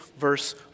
verse